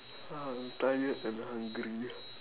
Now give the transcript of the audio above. I'm tired and hungry